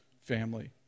family